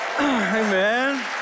Amen